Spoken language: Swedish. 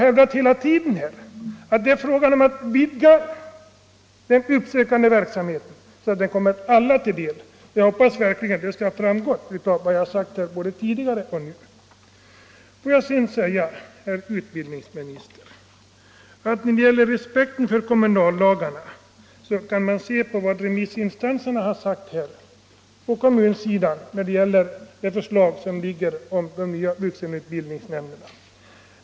Jag har hela tiden hävdat att det är fråga om att vidga den uppsökande verksamheten så att den kommer alla till del. Jag hoppas verkligen att det har framgått av vad jag sagt både tidigare och nu. Låt mig tillägga, herr utbildningsminister, att när det gäller respekten för kommunallagarna kan man ju se på vad remissinstanserna på kommunsidan sagt om det föreliggande förslaget beträffande vuxenutbildningsnämnderna.